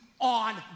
on